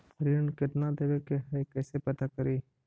ऋण कितना देवे के है कैसे पता करी?